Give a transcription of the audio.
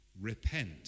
Repent